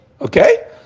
okay